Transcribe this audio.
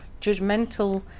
judgmental